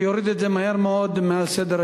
ויוריד את זה מהר מאוד מסדר-היום.